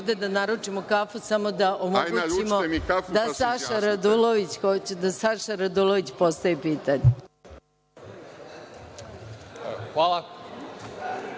Hvala.